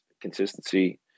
consistency